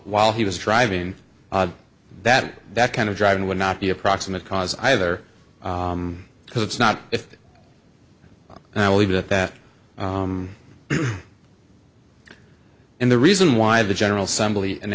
while he was driving that that kind of driving would not be a proximate cause either because it's not if i leave it at that and the reason why the general